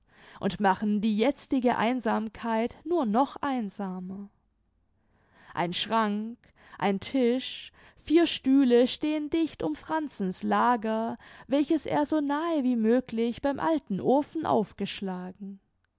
und machen die jetzige einsamkeit nur noch einsamer ein schrank ein tisch vier stühle stehen dicht um franzens lager welches er so nahe wie möglich beim alten ofen aufgeschlagen